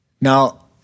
Now